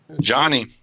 Johnny